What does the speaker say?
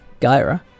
Gyra